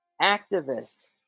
activist